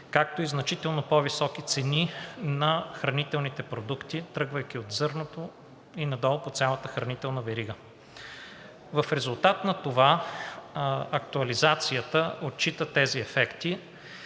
както и значително по-високи цени на хранителните продукти, тръгвайки от зърното и надолу по цялата хранителна верига. В резултат на това актуализацията отчита тези ефекти